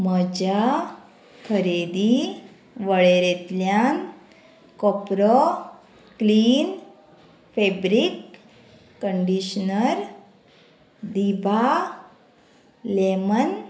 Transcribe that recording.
म्हज्या खरेदी वळेरेंतल्यान कोपरो क्लीन फेब्रीक कंडीशनर दिभा लेमन